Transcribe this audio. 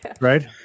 Right